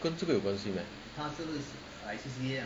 跟这个有关系 meh